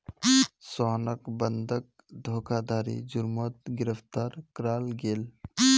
सोहानोक बंधक धोकधारी जुर्मोत गिरफ्तार कराल गेल